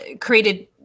created